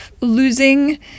losing